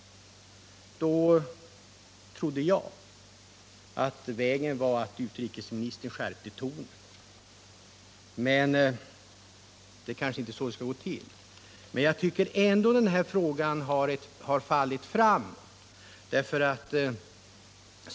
Då trodde jag att gången skulle vara att utrikesministern skärpte tonen. Men det är kanske inte så det skall gå till. Jag tycker ändå att frågan har fallit framåt.